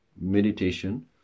meditation